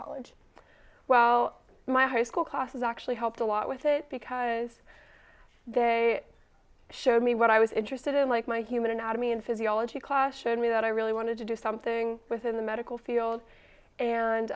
college well my high school classes actually helped a lot with it because they showed me what i was interested in like my human anatomy and physiology class showed me that i really wanted to do something within the medical field